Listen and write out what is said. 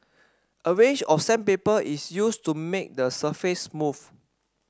a range of sandpaper is used to make the surface smooth